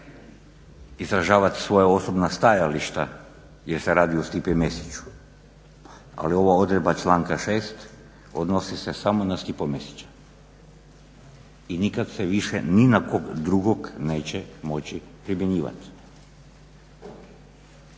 izražavati svoja osobna stajališta jer se radi o Stipi Mesiću, ali ova odredba članka 6. odnosi se samo na Stipu Mesića i nikad se više ni na kog drugog neće moći primjenjivati.